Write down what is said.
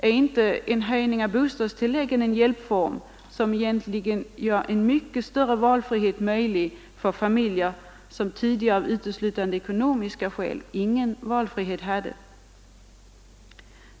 Är inte en höjning av bostadstilläggen en hjälpform, som möjliggör större valfrihet för familjer som tidigare av uteslutande ekonomiska skäl ingen valfrihet hade?